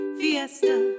fiesta